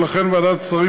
ולכן החליטה ועדת השרים